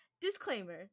Disclaimer